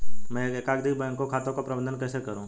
मैं एकाधिक बैंक खातों का प्रबंधन कैसे करूँ?